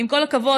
עם כל הכבוד,